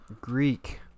Greek